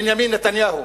בנימין נתניהו.